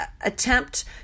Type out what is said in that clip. attempt